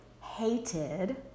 hated